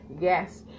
yes